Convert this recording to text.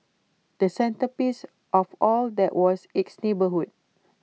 the centrepiece of all that was its neighbourhoods